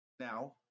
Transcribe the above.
Now